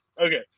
Okay